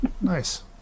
Nice